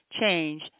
change